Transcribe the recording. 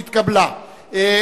תודה רבה.